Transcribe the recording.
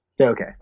Okay